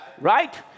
right